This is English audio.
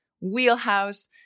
wheelhouse